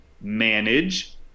manage